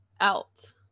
out